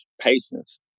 patience